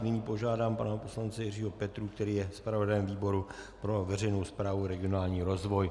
Nyní požádám pana poslance Jiřího Petrů, který je zpravodajem výboru pro veřejnou správu a regionální rozvoj.